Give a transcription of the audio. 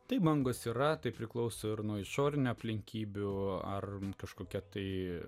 taip bangos yra tai priklauso ir nuo išorinių aplinkybių ar kažkokia tai